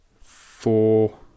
four